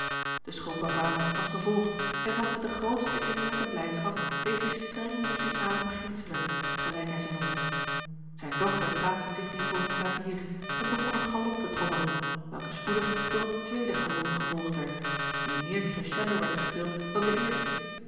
de schoonpapa was gevolgd en zag met de grootste innerlijke blijdschap deze streng muziekale beginselen gelijk hij ze noemde zijne dochter plaatste zich nu voor het klavier en begon een galop te trommelen welke spoedig door een tweeden galop gevolgd werd die meer crescendo werd gespeeld dan de eerste